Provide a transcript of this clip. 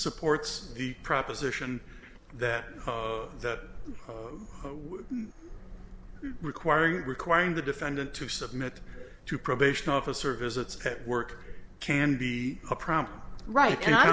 supports the proposition that that requiring requiring the defendant to submit to probation officer visits kept work can be a problem right and i